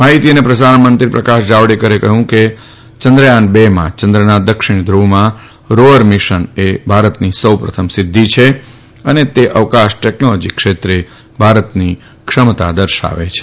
માફીતી અને પ્રસારણમંત્રી પ્રકાશ જાવડેકરે જણાવ્યું કે ચંદ્રયાન બે માં ચંદ્રના દક્ષિણ ધુવમાં રોવર મિશન એ સૌપ્રથમ સિદ્ધિ છે અને તે અવકાશ ટેકનોલોજી ક્ષેત્રે ભારતની ક્ષમતા દર્શાવે છે